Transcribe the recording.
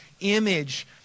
image